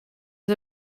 his